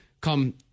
come